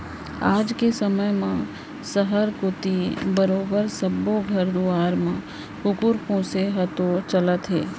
आज के समे म सहर कोइत बरोबर सब्बो घर दुवार म कुकुर पोसे ह तो चलते हे